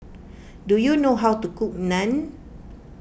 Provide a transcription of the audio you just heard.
do you know how to cook Naan